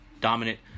dominant